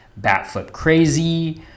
BatFlipCrazy